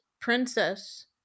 princess